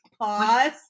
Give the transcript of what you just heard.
Pause